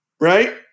Right